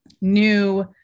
new